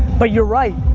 but you're right,